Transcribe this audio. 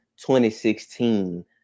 2016